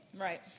Right